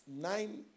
nine